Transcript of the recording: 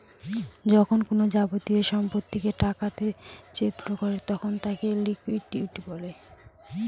যখন কোনো যাবতীয় সম্পত্তিকে টাকাতে চেঞ করে তখন তাকে লিকুইডিটি বলে